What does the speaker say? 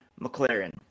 McLaren